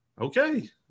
okay